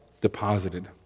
deposited